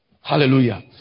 Hallelujah